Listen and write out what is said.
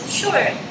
sure